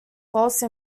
false